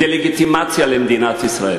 דה-לגיטימציה למדינת ישראל.